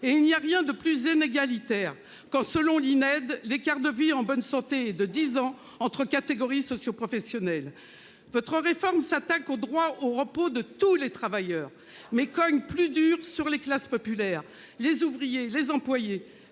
et il n'y a rien de plus inégalitaire quand selon l'INED, l'écart de vie en bonne santé de 10 ans entre catégories socioprofessionnelles votre réforme s'attaque au droit au repos de tous les travailleurs mais cogne plus dur sur les classes populaires, les ouvriers, les employés